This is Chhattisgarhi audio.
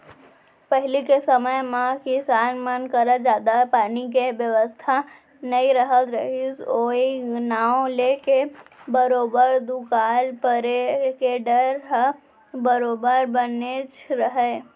पहिली के समे म किसान मन करा जादा पानी के बेवस्था नइ रहत रहिस ओई नांव लेके बरोबर दुकाल परे के डर ह बरोबर बनेच रहय